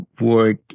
work